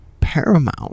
paramount